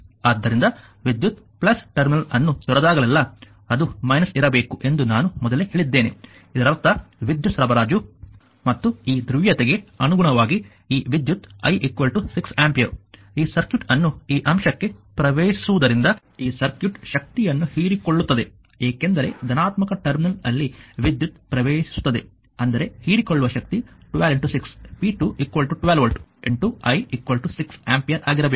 ಆದ್ದರಿಂದ ವಿದ್ಯುತ್ ಟರ್ಮಿನಲ್ ಅನ್ನು ತೊರೆದಾಗಲೆಲ್ಲಾ ಅದು ಇರಬೇಕು ಎಂದು ನಾನು ಮೊದಲೇ ಹೇಳಿದ್ದೇನೆ ಇದರರ್ಥ ವಿದ್ಯುತ್ ಸರಬರಾಜು ಮತ್ತು ಈ ಧ್ರುವೀಯತೆಗೆ ಅನುಗುಣವಾಗಿ ಈ ವಿದ್ಯುತ್ I 6 ಆಂಪಿಯರ್ ಈ ಸರ್ಕ್ಯೂಟ್ ಅನ್ನು ಈ ಅಂಶಕ್ಕೆ ಪ್ರವೇಶಿಸುವುದರಿಂದ ಈ ಸರ್ಕ್ಯೂಟ್ ಶಕ್ತಿಯನ್ನು ಹೀರಿಕೊಳ್ಳುತ್ತದೆ ಏಕೆಂದರೆ ಧನಾತ್ಮಕ ಟರ್ಮಿನಲ್ನಲ್ಲಿ ವಿದ್ಯುತ್ ಪ್ರವೇಶಿಸುತ್ತದೆ ಅಂದರೆ ಹೀರಿಕೊಳ್ಳುವ ಶಕ್ತಿ 126 p2 12 ವೋಲ್ಟ್ I 6 ಆಂಪಿಯರ್ ಆಗಿರಬೇಕು